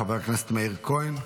חבר הכנסת מאיר כהן.